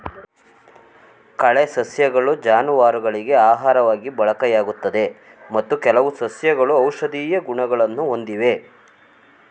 ಕಳೆ ಸಸ್ಯಗಳು ಜಾನುವಾರುಗಳಿಗೆ ಆಹಾರವಾಗಿ ಬಳಕೆಯಾಗುತ್ತದೆ ಮತ್ತು ಕೆಲವು ಸಸ್ಯಗಳು ಔಷಧೀಯ ಗುಣಗಳನ್ನು ಹೊಂದಿವೆ